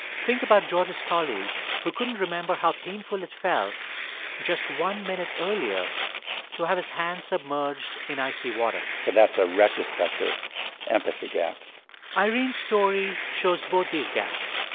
think about george's colleague, who couldn't remember how painful it felt just one minute earlier to have his hand submerged in icy water so that's a retrospective empathy gap irene's story shows both these gaps.